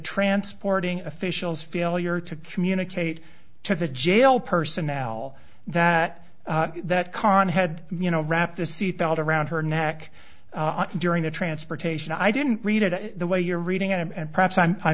transporting officials failure to communicate to the jail personnel that that khan had you know wrapped the seatbelt around her neck during the transportation i didn't read it the way you're reading it and perhaps i'm i